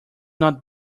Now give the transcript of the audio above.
not